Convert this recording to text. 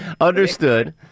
Understood